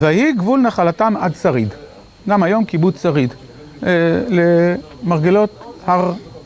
ויהי גבול נחלתם עד שריד, גם היום קיבוץ שריד, למרגלות הר...